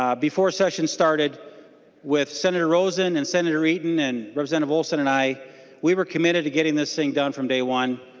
um before session started with sen. rosen and sen. eaton and representative olson and aye we we were committed to getting this thing done from day one.